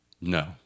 No